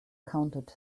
counted